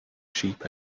sheep